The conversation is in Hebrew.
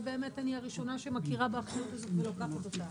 ובאמת אני הראשונה שמכירה באחריות הזאת ולוקחת אותה,